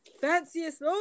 Fanciest